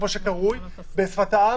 כמו שהיא קרויה בשפת העם,